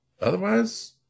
otherwise –